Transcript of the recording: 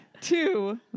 two